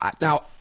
Now